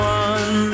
one